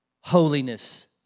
holiness